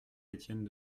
étienne